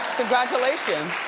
congratulations.